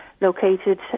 located